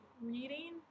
reading